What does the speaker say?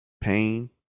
pain